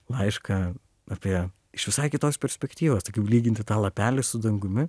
laišką apie iš visai kitos perspektyvos tai kaip lyginti tą lapelį su dangumi